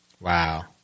Wow